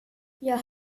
jag